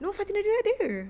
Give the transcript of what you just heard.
no fatin nadirah ada